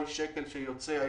כל שקל שיוצא היום,